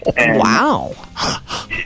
Wow